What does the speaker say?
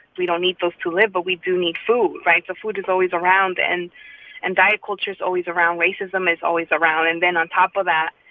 we don't need those to live, but we do need food, right? food is always around, and and diet culture's always around. racism is always around. and then on top of that,